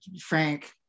Frank